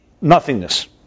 nothingness